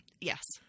Yes